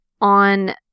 on